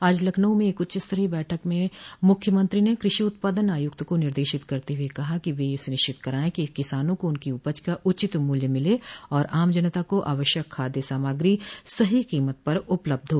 आज लखनऊ में एक उच्च स्तरीय बैठक में मुख्यमंत्री ने कृषि उत्पादन आयुक्त को निर्देशित करते हुए कहा कि वे यह सुनिश्चित कराएं कि किसानों को उनकी उपज का उचित मूल्य मिले और आम जनता को आवश्यक खाद्य सामग्री सही कीमत पर उपलब्ध हो